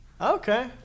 Okay